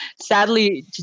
Sadly